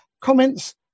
comments